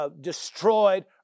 Destroyed